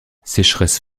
sécheresse